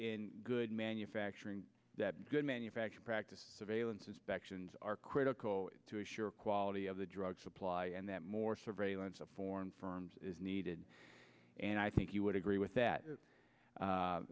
in good manufacturing that good manufacturing practice surveillance inspections are critical to assure quality of the drug supply and that more surveillance of foreign firms is needed and i think you would agree with that